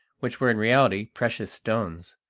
which were in reality precious stones.